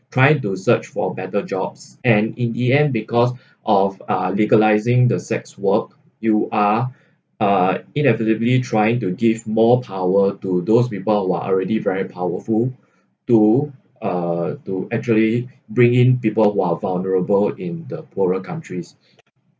trying to search for better jobs and in the end because of uh legalising the sex work you are uh inevitably trying to give more power to those people who are already very powerful to uh to actually bring in people who are vulnerable in the poorer countries